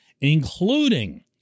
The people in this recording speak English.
including